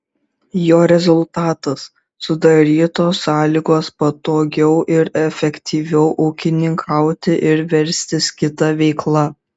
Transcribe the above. jo rezultatas sudarytos sąlygos patogiau ir efektyviau ūkininkauti ir verstis kita veikla